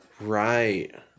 Right